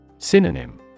Synonym